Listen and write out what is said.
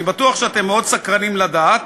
אני בטוח שאתם מאוד סקרנים לדעת,